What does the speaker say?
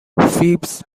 فیبز